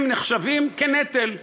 הם נחשבים לנטל,